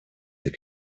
they